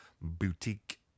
Boutique